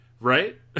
Right